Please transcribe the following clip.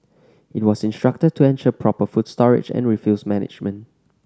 it was instructed to ensure proper food storage and refuse management